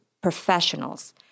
professionals